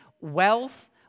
Wealth